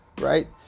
right